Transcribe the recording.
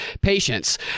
patients